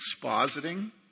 expositing